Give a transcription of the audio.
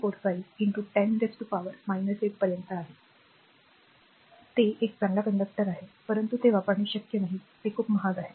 45 10 ते 8 पर्यंत आहे ते एक चांगला मार्गदर्शक आहे परंतु ते वापरणे शक्य नाही हे खूप महाग आहे